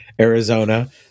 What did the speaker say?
Arizona